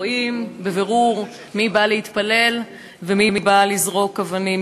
רואים בבירור מי בא להתפלל ומי בא לזרוק אבנים,